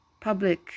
public